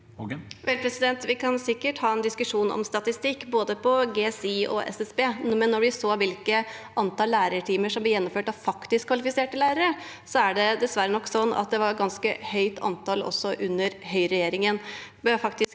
Vi kan sikkert ha en diskusjon om statistikk, både på GSI og SSB, men når det gjelder antall lærertimer som ble gjennomført av ukvalifiserte lærere, er det dessverre sånn at det var et ganske høyt antall også under høyreregjeringen.